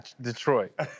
Detroit